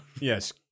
Yes